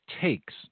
takes